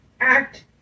Act